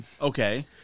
Okay